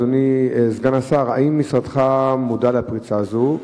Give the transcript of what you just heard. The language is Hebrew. אדוני סגן השר: 1. האם משרדך מודע לפרצה זו?